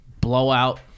blowout